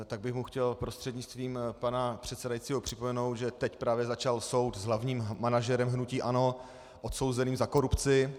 Tak bych mu chtěl prostřednictvím pana předsedajícího připomenout, že teď právě začal soud s hlavním manažerem hnutí ANO odsouzeným za korupci.